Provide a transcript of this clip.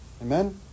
Amen